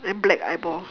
then black eyeball